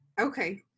okay